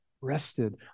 rested